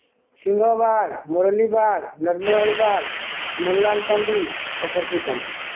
Shiva Bal Murali Bal Naramali Pal Muralilal Tandi Asarpi Tandi